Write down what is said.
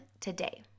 today